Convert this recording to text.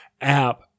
app